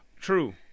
True